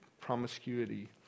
promiscuity